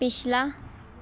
ਪਿਛਲਾ